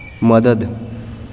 مدد